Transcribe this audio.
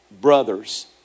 brothers